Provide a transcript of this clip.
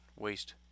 waste